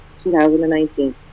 2019